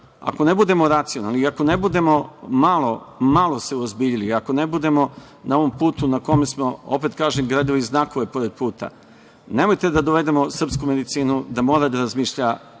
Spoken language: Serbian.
Ako ne budemo racionalni i ako ne budemo se malo uozbiljili i ako ne budemo na ovom putu na kome smo, opet kažem, gradili znakove pored puta, nemojte da dovedemo srpsku medicinu da mora da razmišlja